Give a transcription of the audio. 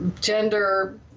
gender